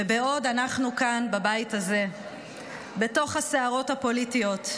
בעוד אנחנו כאן בבית הזה בתוך הסערות הפוליטיות,